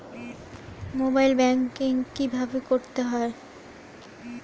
Mobile banking কীভাবে করতে হয়?